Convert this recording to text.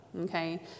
okay